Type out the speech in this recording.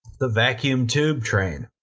the vacuum tube train.